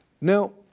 Now